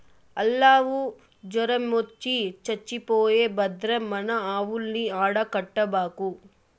ఆల్లావు జొరమొచ్చి చచ్చిపోయే భద్రం మన ఆవుల్ని ఆడ కట్టబాకు